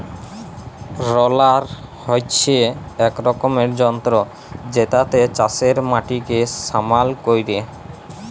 roller হচ্যে এক রকমের যন্ত্র জেতাতে চাষের মাটিকে সমাল ক্যরে